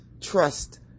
trust